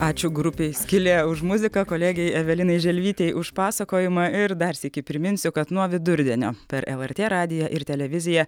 ačiū grupei skylė už muziką kolegei evelinai želvytei už pasakojimą ir dar sykį priminsiu kad nuo vidurdienio per lrt radiją ir televiziją